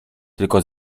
tylko